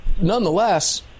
nonetheless